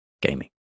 gaming